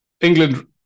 England